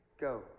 Go